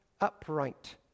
upright